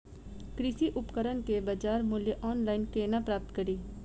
कृषि उपकरण केँ बजार मूल्य ऑनलाइन केना प्राप्त कड़ी?